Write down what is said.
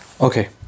okay